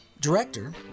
director